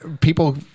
people